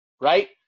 right